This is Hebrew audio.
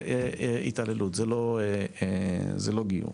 זה התעללות, זה לא גיור.